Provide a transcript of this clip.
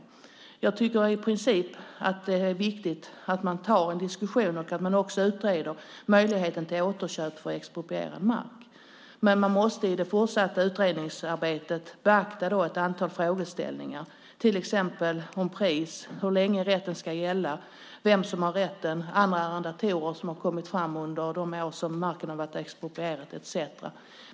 Jag tycker i princip att det är viktigt att ta en diskussion och också utreda möjligheten till återköp av exproprierad mark. Man måste i det fortsatta utredningsarbetet beakta ett antal frågeställningar, till exempel om pris, hur länge rätten ska gälla, vem som har rätten, andra arrendatorer som har kommit fram under de år som marken varit exproprierad etcetera.